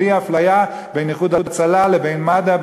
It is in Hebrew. בלי אפליה בין "איחוד הצלה" לבין מד"א,